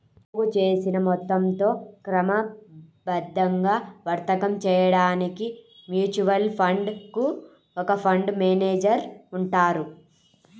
పోగుచేసిన మొత్తంతో క్రమబద్ధంగా వర్తకం చేయడానికి మ్యూచువల్ ఫండ్ కు ఒక ఫండ్ మేనేజర్ ఉంటారు